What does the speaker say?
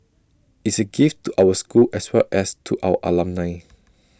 is A gift to our school as well as to our alumni